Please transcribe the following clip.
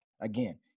Again